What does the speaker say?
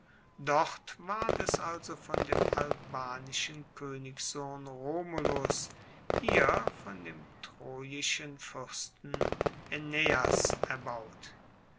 dort ward es also von dem albanischen koenigssohn romulus hier von dem troischen fuersten aeneas erbaut